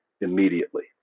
immediately